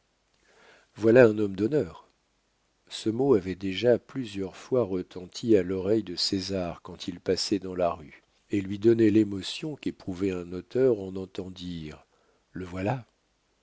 voilà un homme d'honneur ce mot avait déjà plusieurs fois retenti à l'oreille de césar quand il passait dans la rue et lui donnait l'émotion qu'éprouve un auteur en entendant dire le voilà